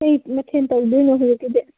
ꯀꯩ ꯃꯊꯦꯜ ꯇꯧꯗꯣꯏꯅꯣ ꯍꯧꯖꯤꯛꯀꯤꯗꯤ